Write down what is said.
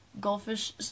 Goldfish